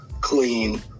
clean